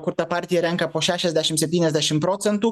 kur ta partija renka po šešiasdešim septyniasdešim procentų